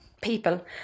people